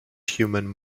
human